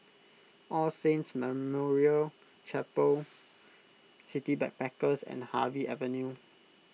All Saints Memorial Chapel City Backpackers and Harvey Avenue